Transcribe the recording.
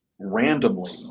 randomly